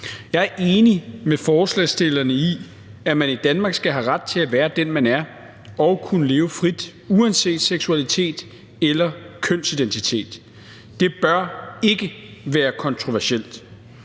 Jeg er enig med forslagsstillerne i, at man i Danmark skal have ret til at være den, man er, og kunne leve frit, uanset seksualitet eller kønsidentitet. Det bør ikke være kontroversielt.